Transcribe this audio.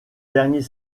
dernier